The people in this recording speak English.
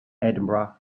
edinburgh